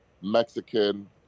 Mexican